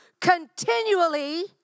continually